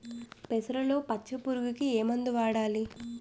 పెసరలో పచ్చ పురుగుకి ఏ మందు వాడాలి?